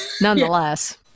nonetheless